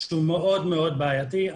שהוא מאוד מאוד בעייתי.